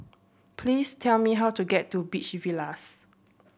please tell me how to get to Beach Villas